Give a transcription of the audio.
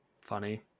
Funny